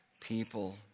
people